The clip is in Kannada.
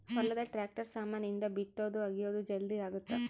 ಹೊಲದ ಟ್ರಾಕ್ಟರ್ ಸಾಮಾನ್ ಇಂದ ಬಿತ್ತೊದು ಅಗಿಯೋದು ಜಲ್ದೀ ಅಗುತ್ತ